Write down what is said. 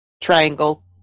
triangle